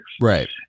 Right